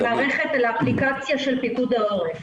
האפליקציה של פיקוד העורף.